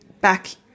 back